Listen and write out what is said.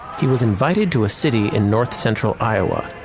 he was invited to a city in north central iowa,